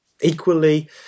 Equally